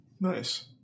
Nice